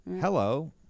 Hello